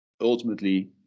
ultimately